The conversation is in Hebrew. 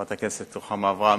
חברת הכנסת רוחמה אברהם,